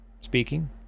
speaking